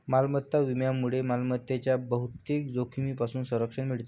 मालमत्ता विम्यामुळे मालमत्तेच्या बहुतेक जोखमींपासून संरक्षण मिळते